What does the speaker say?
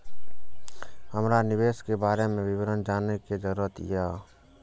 हमरा निवेश के बारे में विवरण जानय के जरुरत ये?